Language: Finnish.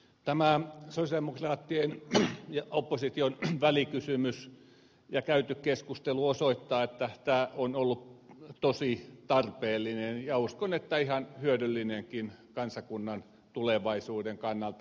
tämä sosialidemokraattien ja opposition välikysymys ja käyty keskustelu osoittavat että tämä on ollut tosi tarpeellinen ja uskon että ihan hyödyllinenkin kansakunnan tulevaisuuden kannalta